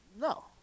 No